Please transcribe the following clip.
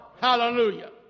Hallelujah